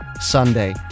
Sunday